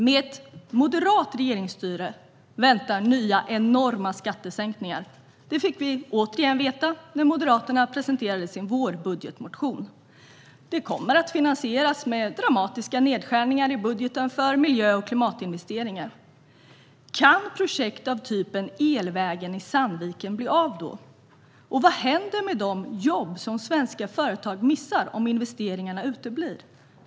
Med ett moderat regeringsstyre väntar nya enorma skattesänkningar. Det fick vi återigen veta när Moderaterna presenterade sin vårbudgetmotion. Detta kommer att finansieras med dramatiska nedskärningar i budgeten för miljö och klimatinvesteringar. Kan projekt av typen elvägen i Sandviken bli av då? Och vad händer med de jobb som svenska företag missar om investeringarna uteblir?